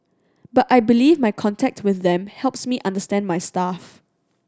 but I believe my contact with them helps me understand my staff